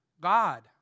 God